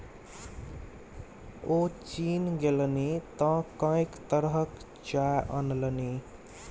ओ चीन गेलनि तँ कैंक तरहक चाय अनलनि